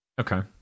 Okay